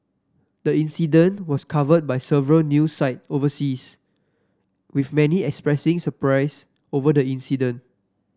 the incident was covered by several news site overseas with many expressing surprise over the incident